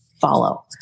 follow